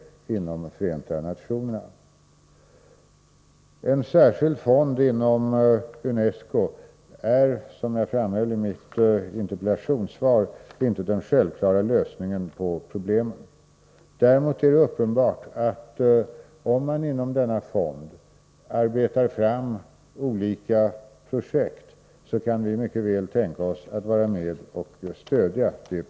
28 maj 1984 En särskild fond inom UNESCO är, som jag framhöll i mitt interpellationssvar, inte den självklara lösningen på problemen. Däremot är det Om för tidigt födda uppenbart, att om man inom denna fond arbetar fram olika projekt, kan vi barns rätt till liv mycket väl tänka oss att vara med och stödja dessa.